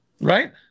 Right